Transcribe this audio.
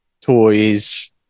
toys